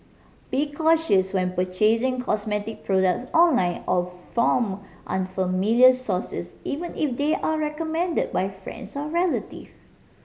be cautious when purchasing cosmetic products online or from unfamiliar sources even if they are recommended by friends or relative